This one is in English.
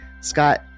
Scott